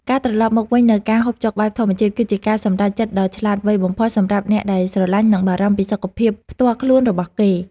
ការត្រឡប់មកវិញនូវការហូបចុកបែបធម្មជាតិ គឺជាការសម្រេចចិត្តដ៏ឆ្លាតវៃបំផុតសម្រាប់អ្នកដែលស្រលាញ់និងបារម្ភពីសុខភាពផ្ទាល់ខ្លួនរបស់គេ។